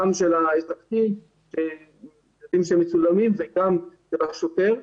גם של האזרחים שמצולמים וגם של השוטר,